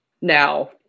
now